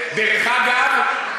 תעלה.